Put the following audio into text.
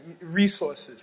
resources